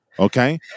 Okay